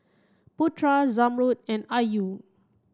Putra Zamrud and Ayu